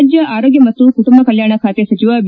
ರಾಜ್ಯ ಆರೋಗ್ಯ ಮತ್ತು ಕುಟುಂಬ ಕಲ್ಯಾಣ ಖಾತೆ ಸಚಿವ ಬಿ